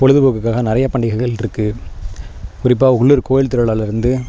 பொழுதுப்போக்குக்காக நிறைய பண்டிகைகள் இருக்குது குறிப்பாக உள்ளூர் கோயில் திருவிழாலயிருந்து